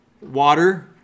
water